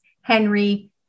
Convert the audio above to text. Henry